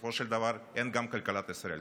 ובסופו של דבר, אין כלכלת ישראל.